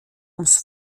ums